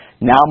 Now